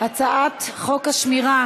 הצעת חוק השמירה